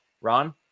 ron